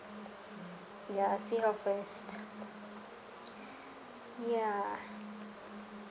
ya see how first ya